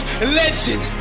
legend